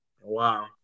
Wow